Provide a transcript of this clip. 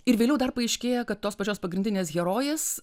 ir vėliau dar paaiškėja kad tos pačios pagrindinės herojės